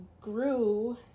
grew